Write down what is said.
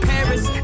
Paris